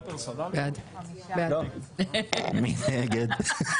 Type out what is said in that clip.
מי נגד?